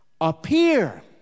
appear